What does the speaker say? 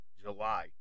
July